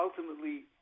ultimately